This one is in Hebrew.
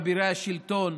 אבירי השלטון,